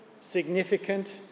significant